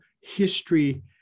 history